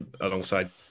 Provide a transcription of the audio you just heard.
alongside